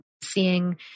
seeing